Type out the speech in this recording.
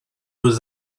aux